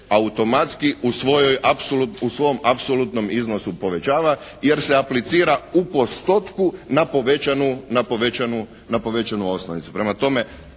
u svojoj, u svom apsolutnom iznosu povećava jer se aplicira u postotku na povećanu, na